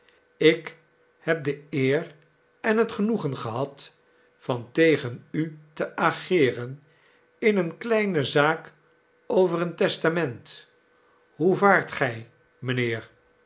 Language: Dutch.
ik heb de eer en het genoegen gehad van tegen u te ageeren in eene kleine zaak over een testament hoe vaart gij mijnheer